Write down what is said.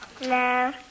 No